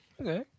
Okay